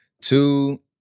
Two